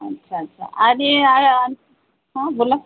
अच्छा अच्छा आणि हां बोला